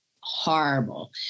horrible